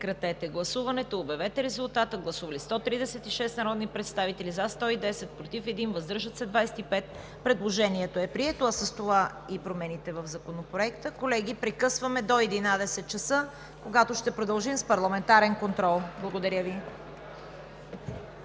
и подкрепени от Комисията. Гласували 136 народни представители: за 110, против 1, въздържали се 25. Предложението е прието, а с това и промените в Законопроекта. Колеги, прекъсваме до 11,00 ч., когато ще продължим с парламентарен контрол. Благодаря Ви.